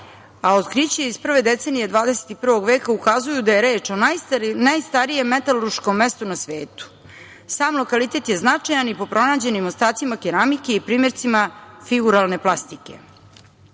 a otkrića iz prve decenije XXI veka ukazuju da je reč o najstarijem metalurškom mestu na svetu. Sam lokalitet je značajan i po pronađenim ostacima keramike i primercima figuralne plastike. Negde